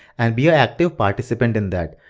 and be an active participant in that.